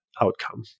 outcome